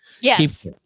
yes